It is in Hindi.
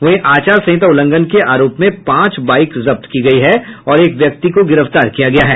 वहीं अचार संहिता उल्लंघन के आरोप में पांच बाइक जब्त की गई है और एक व्यक्ति को गिरफ्तार किया गया है